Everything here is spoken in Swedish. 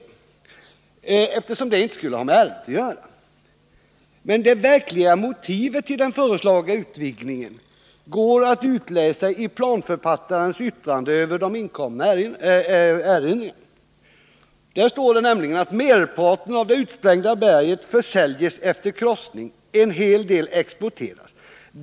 Det sades att detta inte skulle ha med ärendet att göra, men det verkliga motivet för den föreslagna utvidgningen går att utläsa i planförfattarens yttrande över de inkomna erinringarna. Där står det nämligen att merparten av det utsprängda berget efter krossning försäljs och att en hel del exporteras.